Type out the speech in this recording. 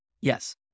Yes